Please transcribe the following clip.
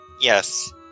Yes